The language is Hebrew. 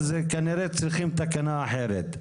כנראה צריכים תקנה אחרת.